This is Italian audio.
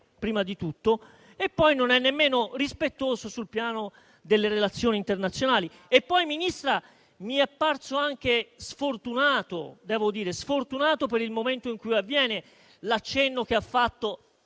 prima di tutto, e poi non è nemmeno rispettoso sul piano delle relazioni internazionali. Inoltre, signora Ministra, mi è parso anche sfortunato, per il momento in cui avviene, l'accenno che ha fatto,